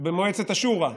במועצת השורא.